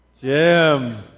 Jim